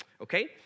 Okay